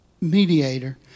mediator